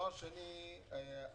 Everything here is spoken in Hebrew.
שנית,